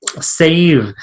save